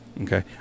Okay